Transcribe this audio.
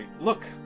look